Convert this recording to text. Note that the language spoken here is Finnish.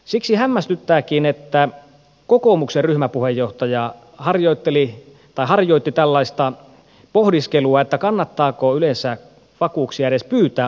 siksi hämmästyttääkin että kokoomuksen ryhmäpuheenjohtaja harjoitti tällaista pohdiskelua että kannattaako vakuuksia edes pyytää ollenkaan